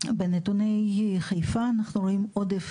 בנתוני חיפה, אנחנו רואים עודף